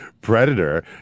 predator